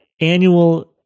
annual